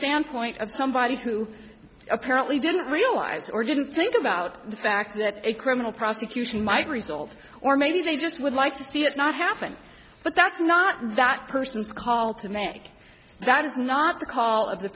standpoint of somebody who apparently didn't realize or didn't think about the fact that a criminal prosecution might result or maybe they just would like to see it not happen but that's not that person's call to make that is not the call of the